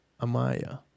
Amaya